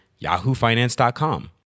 yahoofinance.com